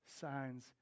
signs